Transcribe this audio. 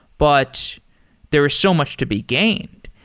but there is so much to be gained.